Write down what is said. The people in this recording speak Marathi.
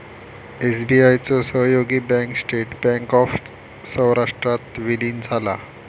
एस.बी.आय चो सहयोगी बँक स्टेट बँक ऑफ सौराष्ट्रात विलीन झाला